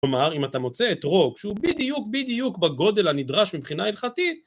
כלומר, אם אתה מוצא את אתרוג שהוא בדיוק בדיוק בגודל הנדרש מבחינה הלכתית